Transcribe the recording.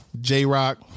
j-rock